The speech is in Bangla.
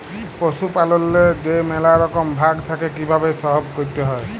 পশুপাললেল্লে যে ম্যালা রকম ভাগ থ্যাকে কিভাবে সহব ক্যরতে হয়